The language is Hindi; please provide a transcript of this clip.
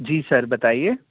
जी सर बताइए